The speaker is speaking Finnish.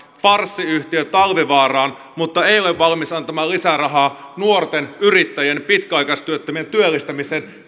farssiyhtiö talvivaaraan mutta ei ole valmis antamaan lisärahaa nuorten yrittäjien pitkäaikaistyöttömien työllistämiseen